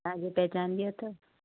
तव्हांजे पहिचान जी अथव